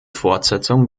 fortsetzung